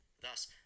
Thus